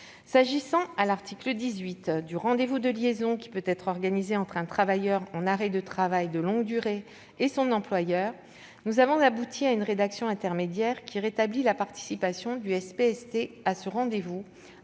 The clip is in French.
S'agissant, à l'article 18, du rendez-vous de liaison qui peut être organisé entre un travailleur en arrêt de travail de longue durée et son employeur, nous avons abouti à une rédaction intermédiaire qui rétablit la participation du SPSTI à ce rendez-vous,